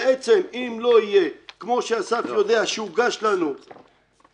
בעצם אם לא יהיה כפי שאסף יודע שהוגש לנו בזמנו,